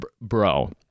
bro